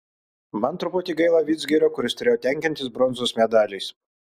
man truputį gaila vidzgirio kuris turėjo tenkintis bronzos medaliais